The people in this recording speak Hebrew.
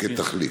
או כתחליף?